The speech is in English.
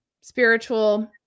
spiritual